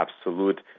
absolute